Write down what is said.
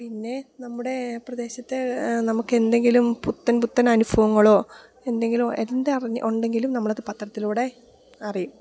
പിന്നെ നമ്മുടെ പ്രദേശത്തെ നമുക്ക് എന്തെങ്കിലും പുത്തൻ പുത്തൻ അനുഭവങ്ങളോ എന്തെങ്കിലോ എന്ത് അറിഞ്ഞ് ഉണ്ടെങ്കിലും നമ്മൾ അത് പത്രത്തിലൂടെ അറിയും